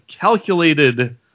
calculated